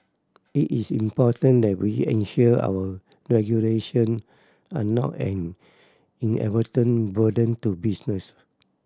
it is important that we ensure our regulation are not an inadvertent burden to business